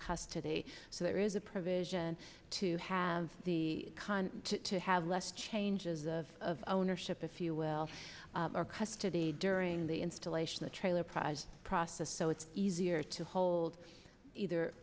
custody so there is a provision to have the have less changes of ownership if you will our custody during the installation the trailer prize process so it's easier to hold either